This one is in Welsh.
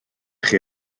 chi